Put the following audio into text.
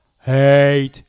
Hate